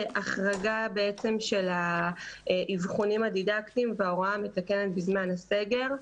החרגה בעצם של האבחונים הדידקטיים וההוראה המתקנת בזמן הסגר.